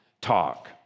talk